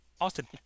Austin